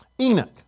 Enoch